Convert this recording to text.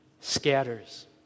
scatters